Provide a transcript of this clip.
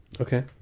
okay